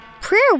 prayer